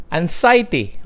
anxiety